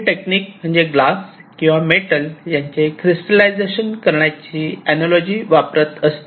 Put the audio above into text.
ही technique म्हणजे glass किंवा metal यांचे क्रिस्टलायजेशन करण्याचे अनालॉजी वापरत असते